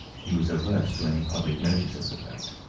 he was averse to any public notice of the fact.